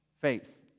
faith